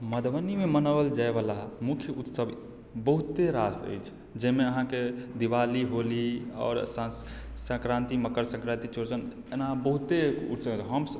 मधुबनीमे मनाओल जायवला मुख्य उत्सव बहुते रास अछि जाहिमे अहाँकेँ दिवाली होली आओर संक्रान्ति मकर संक्रान्ति चौड़चन एना बहुतेसभ हम